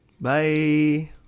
Bye